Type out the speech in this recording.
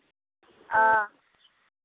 ᱚ